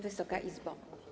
Wysoka Izbo!